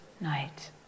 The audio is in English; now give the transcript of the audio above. night